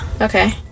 Okay